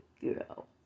girl